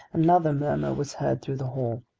another murmur was heard through the hall.